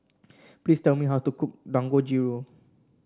please tell me how to cook Dangojiru